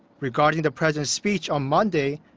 regarding the president's speech on monday,